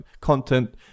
content